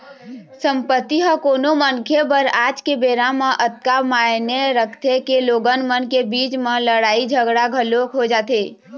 संपत्ति ह कोनो मनखे बर आज के बेरा म अतका मायने रखथे के लोगन मन के बीच म लड़ाई झगड़ा घलोक हो जाथे